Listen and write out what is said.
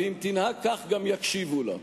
ואם תנהג כך גם יקשיבו לה.